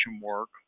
work